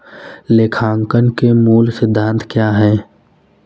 लेखांकन के मूल सिद्धांत क्या हैं?